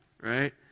right